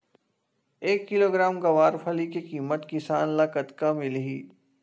एक किलोग्राम गवारफली के किमत किसान ल कतका मिलही?